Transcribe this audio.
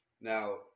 Now